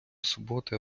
суботи